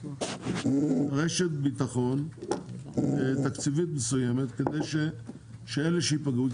רשת ביטחון תקציבית מסוימת כדי שאלו שיפגעו,